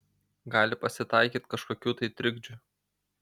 gali pasitaikyt kažkokių tai trikdžių